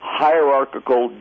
hierarchical